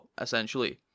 essentially